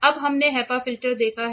अब हमने HEPA filter देखा है